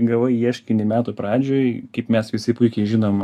gavai ieškinį metų pradžioj kaip mes visi puikiai žinom